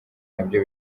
nabyo